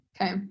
Okay